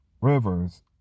rivers